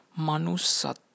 Manusat